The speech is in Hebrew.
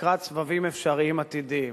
לקראת סבבים אפשריים עתידיים.